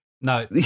No